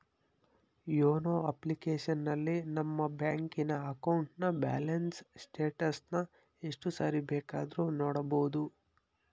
YONO ಅಪ್ಲಿಕೇಶನಲ್ಲಿ ನಮ್ಮ ಬ್ಯಾಂಕಿನ ಅಕೌಂಟ್ನ ಬ್ಯಾಲೆನ್ಸ್ ಸ್ಟೇಟಸನ್ನ ಎಷ್ಟು ಸಾರಿ ಬೇಕಾದ್ರೂ ನೋಡಬೋದು